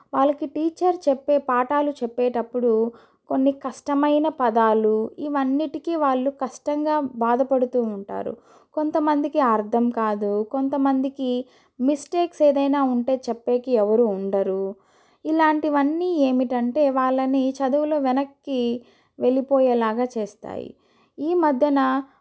వాళ్ళకి టీచర్ చెప్పే పాఠాలు చెప్పేటప్పుడు కొన్ని కష్టమైన పదాలు ఇవన్నీటికీ వాళ్ళు కష్టంగా బాధపడుతూ ఉంటారు కొంతమందికి అర్థం కాదు కొంతమందికి మిస్టేక్స్ ఏదైనా ఉంటే చెప్పేకి ఎవరూ ఉండరు ఇలాంటివన్నీ ఏమిటంటే వాళ్ళని చదువులో వెనక్కి వెళ్ళిపోయేలాగా చేస్తాయి ఈ మధ్యన